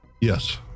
Yes